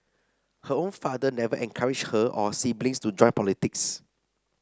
her own father never encouraged her or siblings to join politics